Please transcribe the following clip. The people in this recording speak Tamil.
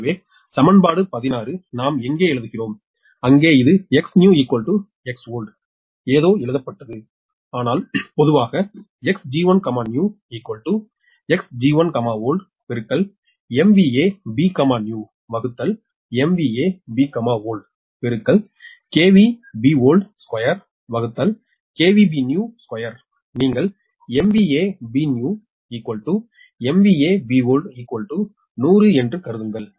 எனவே சமன்பாடு 16 நாம் இங்கே எழுதுகிறோம் அங்கே இது Xnew Xold ஏதோ எழுதப்பட்டது ஆனால் பொதுவாக நீங்கள் Bnew Bold 100 என்றுகருதுங்கள்